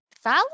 Follow